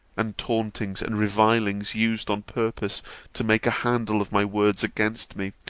and tauntings and revilings used on purpose to make a handle of my words against me,